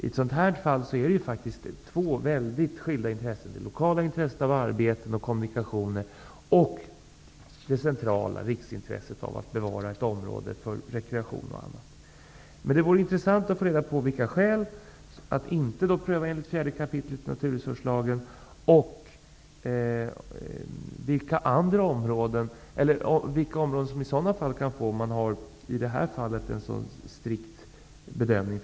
I ett sådant här fall rör det sig ju om två väldigt skilda intressen: det lokala intresset av arbeten och kommunikationer och det centrala intresset, riksintresset, av att bevara ett område för rekreation och annat. Det vore intressant att få reda på vilka skälen är att ärendet inte skall prövas enligt 4 kap. naturresurslagen och vilka områden som i så fall kan komma i fråga, om regeringen i det här fallet gör en sådan strikt bedömning.